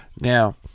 Now